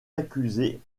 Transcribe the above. accusés